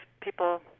people